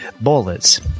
bullets